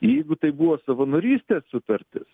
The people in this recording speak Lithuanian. jeigu tai buvo savanorystės sutartis